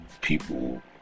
People